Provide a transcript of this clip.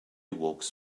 walks